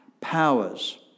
powers